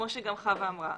כמו שחוה אמרה,